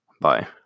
Bye